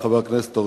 חברי חברי הכנסת,